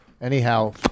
Anyhow